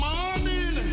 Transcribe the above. Morning